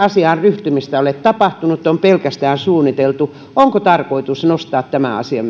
asiaan ryhtymistä ei ole tapahtunut vaan on pelkästään suunniteltu onko tarkoitus nostaa tämä asia